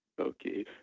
Okay